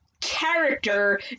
character